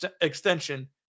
extension